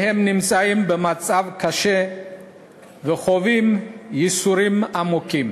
והם נמצאים במצב קשה וחווים ייסורים עמוקים.